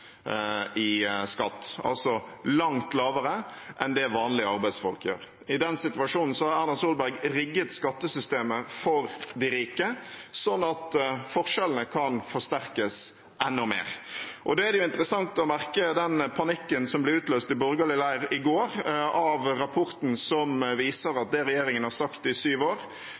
i skatt, altså langt mindre enn det vanlige arbeidsfolk gjør. I den situasjonen har Erna Solberg rigget skattesystemet for de rike, sånn at forskjellene kan forsterkes enda mer. Da var det interessant å merke den panikken som ble utløst i borgerlig leir i går, av rapporten som viser at når det gjelder det regjeringen har sagt i syv år,